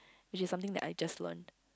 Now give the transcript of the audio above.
which is something I just learn